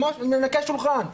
ננקה שולחן,